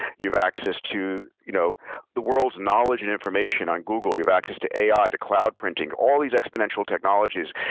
you have access to you know the world's knowledge and information on google. you have access to ai, to cloud printing all these exponential technologies,